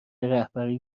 رهبری